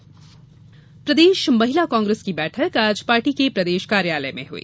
महिला कांग्रेस प्रदेश महिला कांग्रेस की बैठक आज पार्टी के प्रदेश कार्यालय में हई